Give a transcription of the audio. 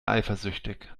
eifersüchtig